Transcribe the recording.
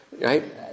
right